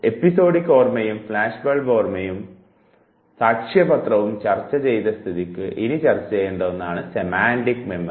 episodic ഓർമ്മയും flash ബൾബും സാക്ഷ്യപത്രവും ചർച്ച ചെയ്ത സ്ഥിതിക്ക് ഇനി ചർച്ച ചെയ്യേണ്ട ഒന്നാണ് സെമാൻറിക് ഓർമ്മ